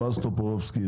בועז טופורובסקי,